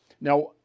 Now